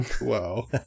Wow